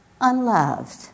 unloved